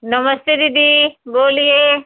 नमस्ते दीदी बोलिए